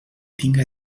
tinga